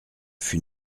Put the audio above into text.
fus